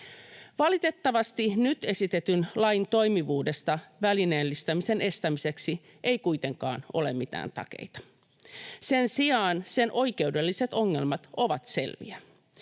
Valitettavasti nyt esitetyn lain toimivuudesta välineellistämisen estämiseksi ei kuitenkaan ole mitään takeita. Sen sijaan sen oikeudelliset ongelmat ovat selviä.